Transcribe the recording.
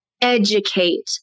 educate